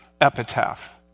epitaph